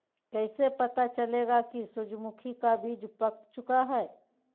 कैसे पता चलेगा की सूरजमुखी का बिज पाक चूका है?